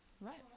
right